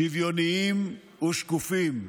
שוויוניים ושקופים.